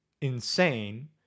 insane